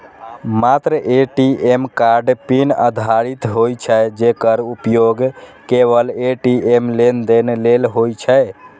मात्र ATM card pin आधारित होइ छै, जेकर उपयोग केवल ए.टी.एम लेनदेन लेल होइ छै